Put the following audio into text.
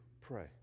pray